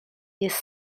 jest